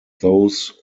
those